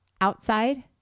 outside